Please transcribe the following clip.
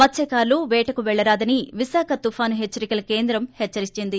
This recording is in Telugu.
మత్స్కారులు పేటకు పెల్లరాదని విశాఖ తుఫాను హెచ్చరికల కేంద్రం హెచ్చరించింది